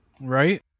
Right